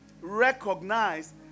recognize